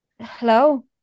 hello